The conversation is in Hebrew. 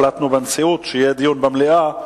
החלטנו בנשיאות שיהיה דיון במליאה,